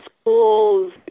schools